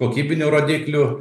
kokybinių rodiklių